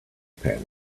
panic